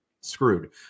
screwed